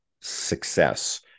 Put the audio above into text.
success